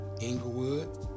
Inglewood